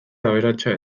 aberatsa